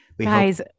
Guys